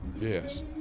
Yes